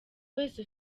wese